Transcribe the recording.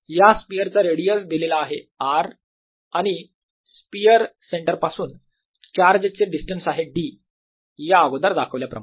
या स्पियर चा रेडियस दिलेला आहे R आणि स्पियर सेंटर पासून चार्ज चे डिस्टन्स आहे d याअगोदर दाखवल्याप्रमाणे